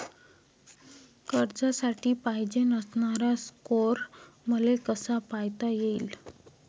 कर्जासाठी पायजेन असणारा स्कोर मले कसा पायता येईन?